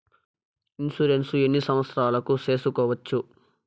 Insurance ఎన్ని సంవత్సరాలకు సేసుకోవచ్చు?